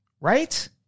Right